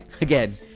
again